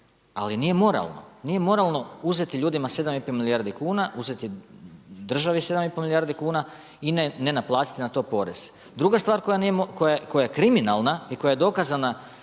Nije moralno uzeti ljudima 7 i pol milijardi kuna, uzet državu 7 i pol milijardi kuna i ne naplatiti na to porez. Druga stvar koja je kriminalna i koja je dokaza